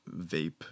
vape